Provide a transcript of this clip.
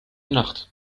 nacht